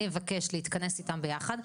אני אבקש להתכנס איתם ביחד.